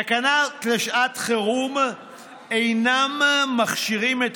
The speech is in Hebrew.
תקנות לשעת חירום אינן מכשירות את